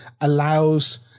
allows